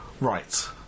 Right